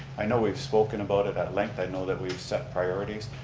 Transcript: i know we've spoken about it at length, i know that we've set priorities,